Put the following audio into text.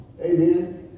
Amen